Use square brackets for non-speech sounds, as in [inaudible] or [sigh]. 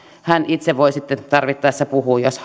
hän itse voi sitten tarvittaessa puhua jos [unintelligible]